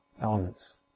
elements